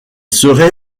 serait